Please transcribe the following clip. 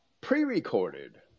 pre-recorded